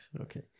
Okay